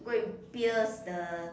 go and pierce the